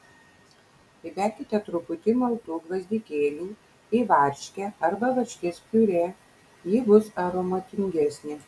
įberkite truputį maltų gvazdikėlių į varškę arba varškės piurė ji bus aromatingesnė